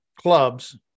clubs